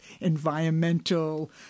environmental